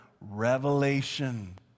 revelation